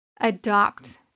adopt